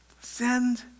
Send